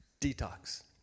Detox